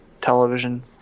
television